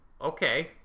okay